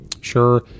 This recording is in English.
sure